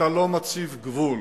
אתה לא מציב גבול